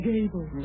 Gable